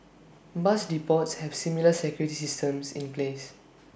bus depots have similar security systems in place